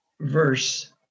verse